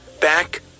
back